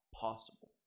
possible